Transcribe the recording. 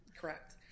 Correct